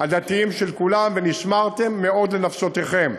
הדתיים של כולם: ונשמרתם מאוד לנפשותיכם.